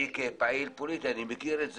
אני כפעיל פוליטי מכיר את זה.